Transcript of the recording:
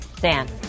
Dan